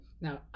Now